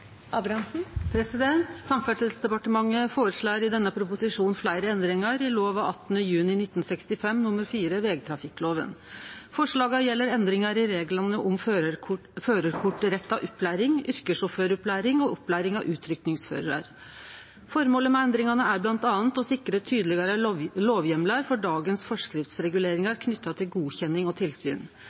Samferdselsdepartementet føreslår i denne proposisjonen fleire endringar i lov 18. juni 1965 nr. 4, vegtrafikklova. Forslaga gjeld endringar i reglane om førarkortretta opplæring, yrkessjåføropplæring og opplæring av utrykkingsførarar. Føremålet med endringane er bl.a. å sikre tydelegare lovheimlar for dagens forskriftsreguleringar knytte til godkjenning og tilsyn.